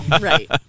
Right